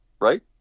right